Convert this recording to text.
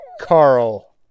Carl